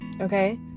okay